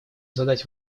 задать